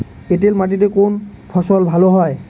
এঁটেল মাটিতে কোন ফসল ভালো হয়?